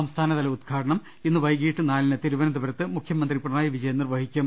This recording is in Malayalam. സംസ്ഥാ നതല ഉദ്ഘാടന്നം ഇന്ന് വൈകിട്ട് നാലിന് തിരുവനന്തപുരത്ത് മുഖ്യ മന്ത്രി പിണറായി വിജയൻ നിർവഹിക്കും